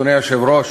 אדוני היושב-ראש,